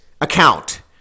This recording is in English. account